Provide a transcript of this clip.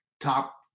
top